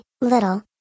little